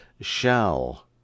Shall